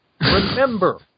Remember